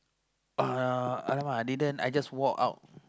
uh !alamak! I didn't I just walk out